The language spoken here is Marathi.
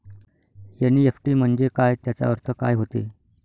एन.ई.एफ.टी म्हंजे काय, त्याचा अर्थ काय होते?